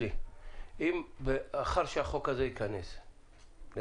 אדוני המנכ"ל, לאחר שהחוק הזה ייכנס לתוקף